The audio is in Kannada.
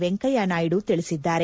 ವೆಂಕಯ್ಕನಾಯ್ಡ ತಿಳಿಸಿದ್ದಾರೆ